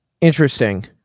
Interesting